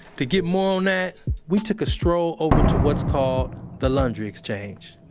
to get more on that we took a stroll over to what's called the laundry exchange